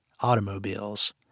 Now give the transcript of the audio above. automobiles